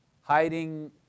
Hiding